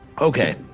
Okay